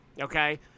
okay